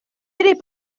les